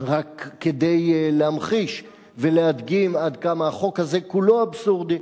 רק כדי להמחיש ולהדגים עד כמה החוק הזה כולו אבסורדי.